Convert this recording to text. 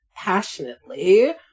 passionately